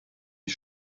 die